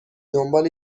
دنبال